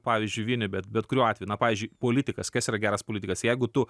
pavyzdžiui vieni bet bet kuriuo atveju na pavyzdžiui politikas kas yra geras politikas jeigu tu